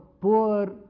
poor